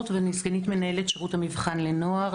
שלום, אני סגנית מנהלת שירות המבחן לנוער.